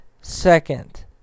second